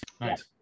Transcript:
nice